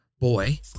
boy